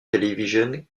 television